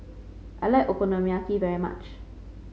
I like Okonomiyaki very much